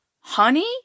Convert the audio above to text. honey